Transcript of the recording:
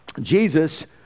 Jesus